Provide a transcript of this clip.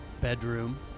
bedroom